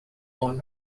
all